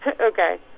Okay